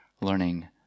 Learning